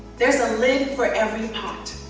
there's a lid for every pot.